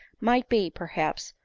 might be, perhaps,